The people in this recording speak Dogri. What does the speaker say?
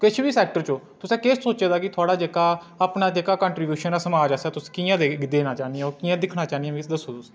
किस बी सेक्टर च ओह् तुसें केह् सोचे दा कि थुहाड़ा जेह्ड़ा अपना जेह्ड़ा कांट्रिब्यूशन ऐ समाज आस्तै तुस कि'यां देना चाह्न्ने ओ तुस कि'यां दिक्खना चाह्न्ने ओ तुस दस्सो मिगी